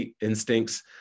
instincts